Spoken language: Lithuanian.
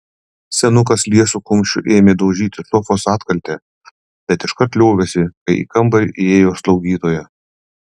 senukas liesu kumščiu ėmė daužyti sofos atkaltę bet iškart liovėsi kai į kambarį įėjo slaugytoja